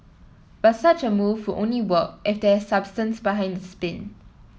but such a move will only work if there is substance behind the spin